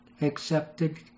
accepted